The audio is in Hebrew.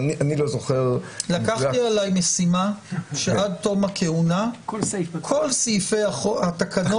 אבל אני לא זוכר --- לקחתי עלי משימה שעד תום הכהונה כל סעיפי התקנות,